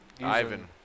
Ivan